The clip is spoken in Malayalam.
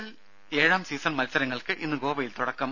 എൽ ഏഴാം സീസൺ മൽസരങ്ങൾക്ക് ഇന്ന് ഗോവയിൽ തുടക്കം